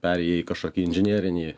perėjai į kažkokį inžinerinį